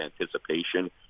anticipation